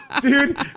dude